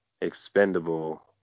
expendable